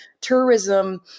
tourism